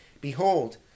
Behold